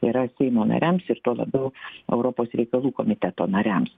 yra seimo nariams ir tuo labiau europos reikalų komiteto nariams